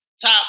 top